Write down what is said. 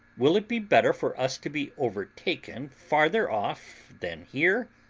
will it be better for us to be overtaken farther off than here?